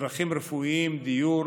צרכים רפואיים, דיור,